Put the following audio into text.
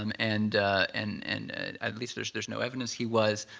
um and and and at least there's there's no evidence he was.